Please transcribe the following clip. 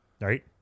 right